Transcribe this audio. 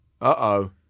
Uh-oh